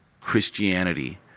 Christianity